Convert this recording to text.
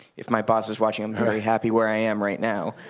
if my boss is watching, i'm very happy where i am right now.